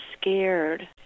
scared